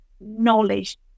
knowledge